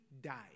died